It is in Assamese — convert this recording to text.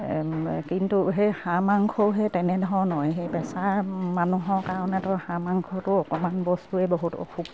কিন্তু সেই হাঁহ মাংসও সেই তেনেধৰণৰ সেই প্ৰেচাৰ মানুহৰ কাৰণেতো হাঁহ মাংসটো অকমান বস্তুৱেই বহুত অসুখ